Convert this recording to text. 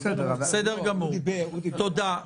תודה.